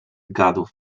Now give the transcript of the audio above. gadów